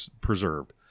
preserved